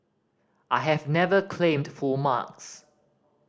I have never claimed full marks